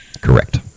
Correct